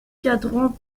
cadran